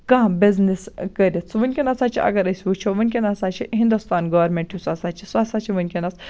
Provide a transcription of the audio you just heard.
کانٛہہ بِزنِس کٔرِتھ سُہ وُنکیٚن ہَسا چھُ اَگَر أسۍ وٕچھو وُنکیٚن ہَسا چھِ ہِندوستان گورمِنٹ یُس ہَسا چھِ سۄ ہَسا چھِ وُنکیٚنَس